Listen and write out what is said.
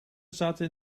zaten